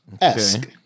esque